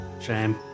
Shame